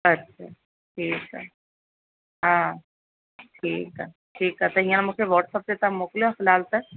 अच्छा ठीकु आहे हा ठीकु आहे ठीकु आहे त हींअर मूंखे वॉट्सप ते तव्हां मोकिलियो फ़िलहालु त